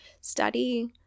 study